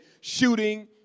shooting